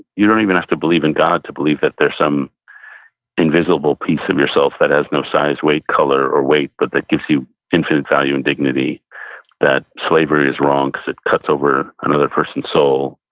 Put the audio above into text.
you don't even have to believe in god to believe that there's some invisible piece of yourself that has no size, weight, color, or weight, but that gives you infinite value and dignity that slavery is wrong, because it cuts over another person's soul.